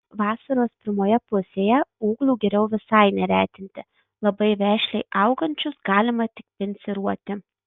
vasaros pirmoje pusėje ūglių geriau visai neretinti labai vešliai augančius galima tik pinciruoti